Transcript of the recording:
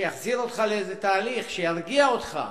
שיחזיר אותך לאיזה תהליך, שירגיע אותך.